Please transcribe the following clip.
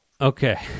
okay